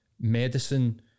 medicine